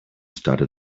started